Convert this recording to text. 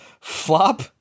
flop